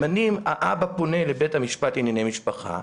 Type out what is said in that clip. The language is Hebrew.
ההורה פונה לבית המשפט לענייני משפחה,